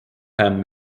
ten